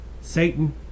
Satan